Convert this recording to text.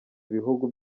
ibihugu